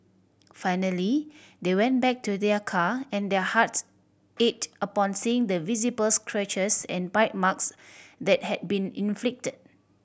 finally they went back to their car and their hearts ached upon seeing the visible scratches and bite marks that had been inflicted